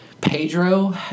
Pedro